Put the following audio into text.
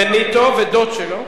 בניטו ודוצ'ה.